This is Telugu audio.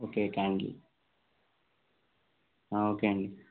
ఓకే క్యాండిల్ ఓకే అండి